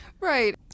Right